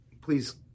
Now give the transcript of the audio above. please